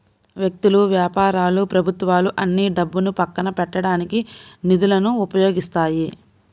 వ్యక్తులు, వ్యాపారాలు ప్రభుత్వాలు అన్నీ డబ్బును పక్కన పెట్టడానికి నిధులను ఉపయోగిస్తాయి